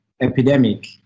epidemic